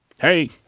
Hey